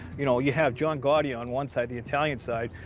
you know, you have john gotti on one side the italian side.